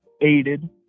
aided